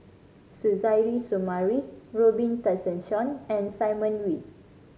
Suzairhe Sumari Robin Tessensohn and Simon Wee